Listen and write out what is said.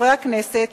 חברי הכנסת,